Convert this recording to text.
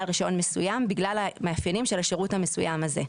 בגלל המאפיינים של השירות המסוים הזה.